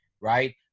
right